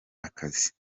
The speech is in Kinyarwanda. akazi